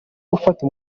ufata